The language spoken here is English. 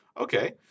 Okay